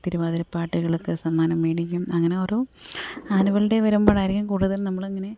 തിരുവാതിര പാട്ടുകൾക്ക് സമ്മാനം മേടിക്കും അങ്ങനോരോ ആനുവൽ ഡേ വരുമ്പോഴായിരിക്കും കൂടുതൽ നമ്മളങ്ങനെ